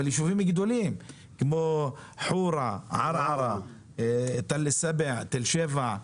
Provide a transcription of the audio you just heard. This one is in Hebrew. אבל ישובים גדולים כמו חורה, ערערה, תל שבע,